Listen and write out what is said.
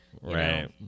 Right